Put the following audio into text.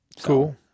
Cool